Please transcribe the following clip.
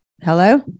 Hello